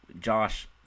Josh